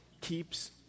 keeps